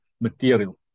material